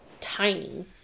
tiny